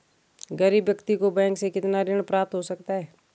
गरीब व्यक्ति को बैंक से कितना ऋण प्राप्त हो सकता है?